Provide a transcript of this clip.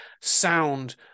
sound